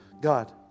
God